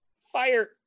fire